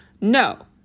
No